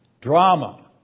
drama